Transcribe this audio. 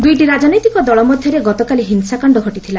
ଦୂଇଟି ରାଜନୈତିକ ଦଳ ମଧ୍ଧରେ ଗତକାଲି ହିଂସାକାଣ୍ଡ ଘଟିଥିଲା